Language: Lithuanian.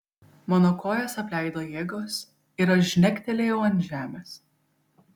mano kojas apleido jėgos ir aš žnegtelėjau ant žemės